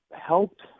helped